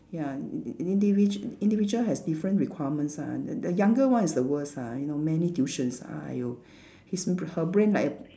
ya n~ n~ indivi~ individual has different requirements ah the the younger one is the worst ah you know many tuitions !aiyo! his b~ her brain like